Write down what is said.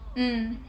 mm